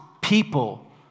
people